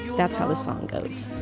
that's how the song goes